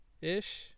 ish